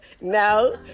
No